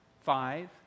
Five